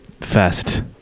fest